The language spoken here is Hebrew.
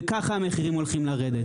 וככה המחירים הולכים לרדת.